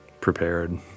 prepared